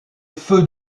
feu